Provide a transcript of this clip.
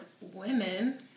women